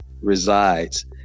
resides